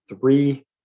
three